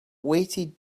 weighted